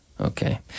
Okay